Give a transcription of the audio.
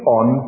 on